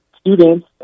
students